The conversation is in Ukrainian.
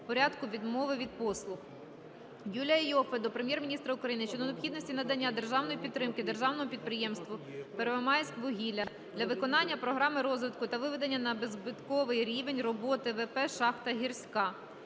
порядку відмови від послуги. Юлія Іоффе до Прем'єр-міністра України щодо необхідності надання державної підтримки Державному підприємству "Первомайськвугілля" для виконання програми розвитку та виведення на беззбитковий рівень роботи ВП "Шахта "Гірська".